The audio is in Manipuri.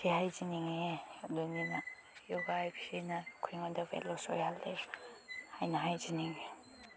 ꯁꯤ ꯍꯥꯏꯖꯅꯤꯡꯉꯦ ꯑꯗꯨꯅꯤꯅ ꯌꯣꯒꯥ ꯍꯥꯏꯕꯁꯤꯅ ꯑꯩꯈꯣꯏꯉꯣꯟꯗ ꯋꯦꯠ ꯂꯣꯁ ꯑꯣꯏꯍꯜꯂꯤ ꯍꯥꯏꯅ ꯍꯥꯏꯖꯅꯤꯡꯉꯤ